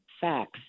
facts